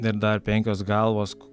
ir dar penkios galvos